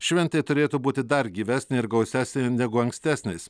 šventė turėtų būti dar gyvesnė ir gausesnė negu ankstesniais